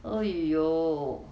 !aiyo!